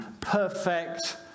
perfect